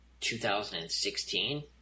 2016